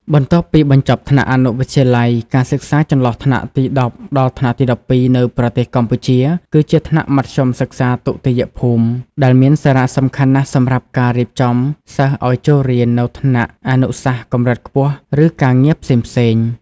បន្ទាប់ពីបញ្ចប់ថ្នាក់អនុវិទ្យាល័យ ការសិក្សាចន្លោះថ្នាក់ទី១០ដល់ថ្នាក់ទី១២ នៅប្រទេសកម្ពុជា គឺជាថ្នាក់មធ្យមសិក្សាទុតិយភូមិ ដែលមានសារៈសំខាន់ណាស់សម្រាប់ការរៀបចំសិស្សឱ្យចូលរៀននៅថ្នាក់អនុសាសន៍កំរិតខ្ពស់ ឬការងារផ្សេងៗ។